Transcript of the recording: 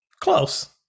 Close